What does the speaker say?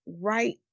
right